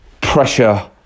pressure